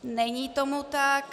Není tomu tak.